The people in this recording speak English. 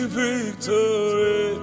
victory